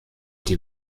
die